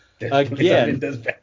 again